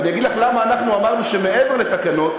ואני אגיד לך למה אנחנו אמרנו שמעבר לתקנות,